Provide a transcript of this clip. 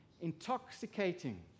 intoxicating